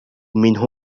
منه